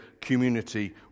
community